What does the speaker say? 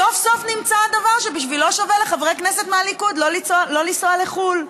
סוף-סוף נמצא הדבר שבשבילו שווה לחברי כנסת מהליכוד לא לנסוע לחו"ל.